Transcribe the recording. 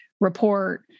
report